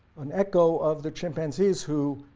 an echo of the chimpanzees who,